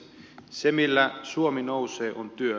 se millä suomi nousee on työ